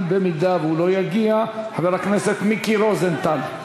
אם הוא לא יגיע, חבר הכנסת מיקי רוזנטל.